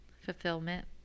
fulfillment